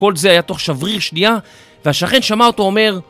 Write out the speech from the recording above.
כל זה היה תוך שבריר שנייה, והשכן שמע אותו אומר